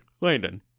landon